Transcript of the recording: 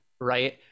right